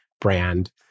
brand